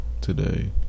today